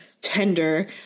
tender